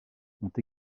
ont